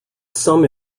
some